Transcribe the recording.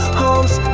homes